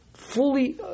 fully